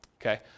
okay